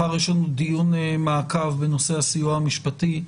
מחר יש לנו דיון מעקב בנושא הסיוע המשפטי,